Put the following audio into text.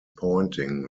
pointing